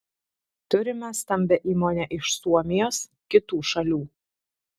turime stambią įmonę iš suomijos kitų šalių